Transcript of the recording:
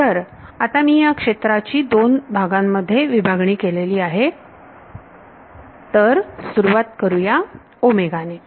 तर आता मी ह्या क्षेत्राची दोन भागांमध्ये विभागणी केलेली आहे तर सुरुवात करुया ओमेगा ने